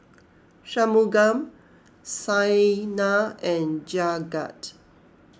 Shunmugam Saina and Jagat